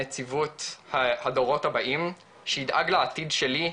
לנציבות הדורות הבאים שידאג לעתיד שלי,